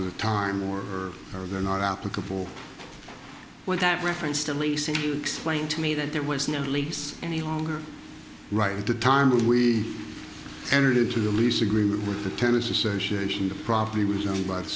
of the time or are there not applicable without reference to leasing explained to me that there was no lease any longer right at the time we entered into a lease agreement with the tennis association the property was owned by the